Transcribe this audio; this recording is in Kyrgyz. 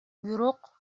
бирок